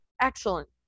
excellent